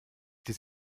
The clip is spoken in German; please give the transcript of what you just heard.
die